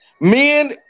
men